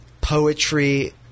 poetry